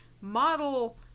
model